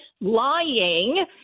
lying